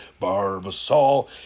Barbasol